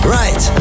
right